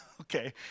Okay